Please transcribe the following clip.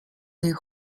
der